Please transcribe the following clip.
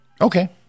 okay